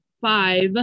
Five